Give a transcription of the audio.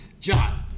John